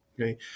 okay